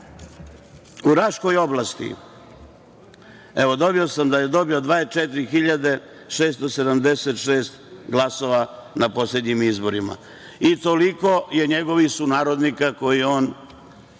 u Raškoj oblati, dobio sam da je dobio 24.676 glasova na poslednjim izborima, toliko od njegovih sunarodnika koji su